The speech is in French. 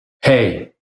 hey